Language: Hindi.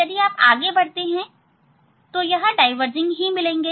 यदि आप आगे बढ़ाते हैं तो यह डायवर्जनिंग ही मिलेंगे